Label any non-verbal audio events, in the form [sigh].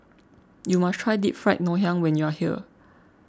[noise] you must try Deep Fried Ngoh Hiang when you are here